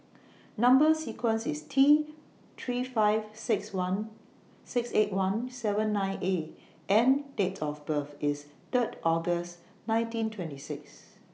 Number sequence IS T three five six one six eight one seven nine A and Date of birth IS Third August nineteen twenty six